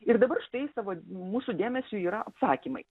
ir dabar štai savo mūsų dėmesiui yra apsakymai